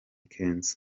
kenzo